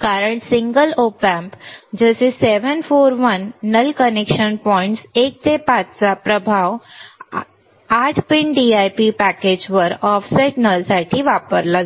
कारण single Op Amp जसे 741 null connection points 1 आणि 5 चा प्रभाव 8 पिन DIP पॅकेज वर ऑफसेट नल साठी वापरला जातो